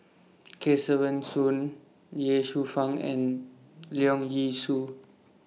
Kesavan Soon Ye Shufang and Leong Yee Soo